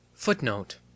Footnote